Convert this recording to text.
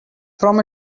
from